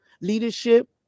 Leadership